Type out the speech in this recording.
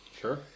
Sure